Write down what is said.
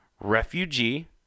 refugee